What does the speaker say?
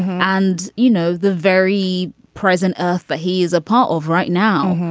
and, you know, the very present earth for he is a part of right now.